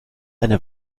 eine